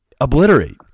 Obliterate